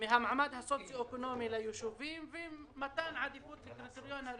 מהמעמד הסוציו-אקונומי של היישובים ומתן עדיפות לקריטריון הראשון,